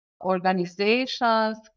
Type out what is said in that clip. organizations